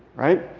right?